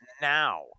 now